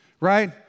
right